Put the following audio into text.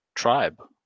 tribe